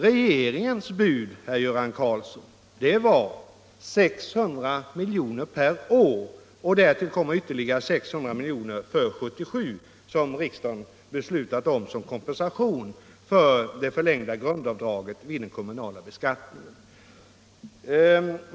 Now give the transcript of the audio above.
Regeringsbudet, herr Göran Karlsson, var 600 milj.kr. per år. Därtill kommer ytterligare 600 miljoner för 1977 som riksdagen beslutat om som kompensation för det förlängda grundavdraget vid den kommunala beskattningen.